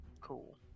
Cool